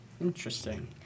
interesting